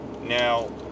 Now